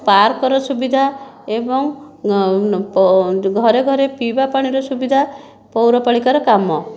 ପାର୍କର ସୁବିଧା ଏବଂ ଯେଉଁ ଘରେ ଘରେ ପିଇବା ପାଣିର ସୁବିଧା ପୌରପାଳିକାର କାମ